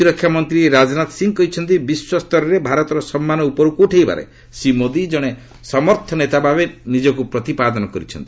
ପ୍ରତିରକ୍ଷାମନ୍ତ୍ରୀ ରାଜନାଥ ସିଂହ କହିଛନ୍ତି ବିଶ୍ୱସ୍ତରରେ ଭାରତର ସମ୍ମାନ ଉପରକୁ ଉଠାଇବାରେ ଶ୍ରୀ ମୋଦି ଜଣେ ସମର୍ଥନ ନେତାଭାବେ ନିଜକୁ ପ୍ରତିପାଦନ କରିଛନ୍ତି